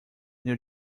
new